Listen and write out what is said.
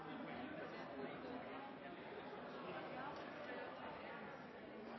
forsterket i det siste,